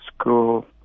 school